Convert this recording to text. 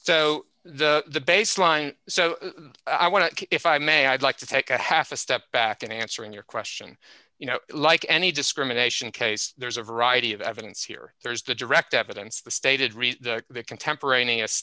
so the baseline so i want to if i may i'd like to take a half a step back in answering your question you know like any discrimination case there's a variety of evidence here there's the direct evidence the stated reason that contemporaneous